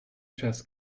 chess